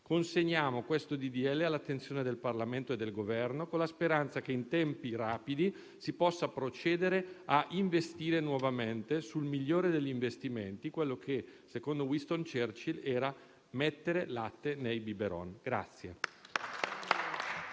Consegniamo questo disegno di legge all'attenzione del Parlamento e del Governo, con la speranza che in tempi rapidi si possa procedere a investire nuovamente sul migliore degli investimenti, quello che secondo Winston Churchill era mettere latte nei *biberon*.